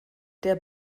der